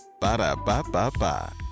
Ba-da-ba-ba-ba